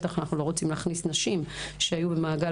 ואנחנו בטח לא רוצים להכניס נשים שהיו במעגל